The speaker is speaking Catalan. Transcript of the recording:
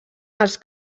els